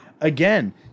again